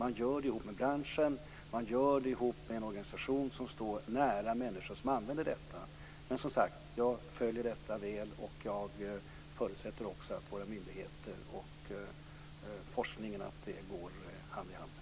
Man gör det ihop med branschen, ihop med en organisation som står nära människor som använder detta. Som sagt följer jag detta och förutsätter att våra myndigheter och forskningen går hand i hand.